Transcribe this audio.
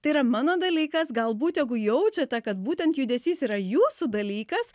tai yra mano dalykas galbūt jeigu jaučiate kad būtent judesys yra jūsų dalykas